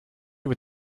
you